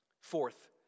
Fourth